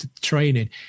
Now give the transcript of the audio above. training